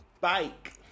bike